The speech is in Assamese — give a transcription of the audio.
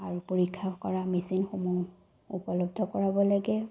আৰু পৰীক্ষা কৰা মেচিনসমূহ উপলব্ধ কৰাব লাগে